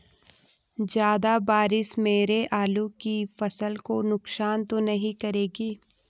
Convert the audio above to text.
ज़्यादा बारिश मेरी आलू की फसल को नुकसान तो नहीं करेगी?